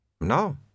No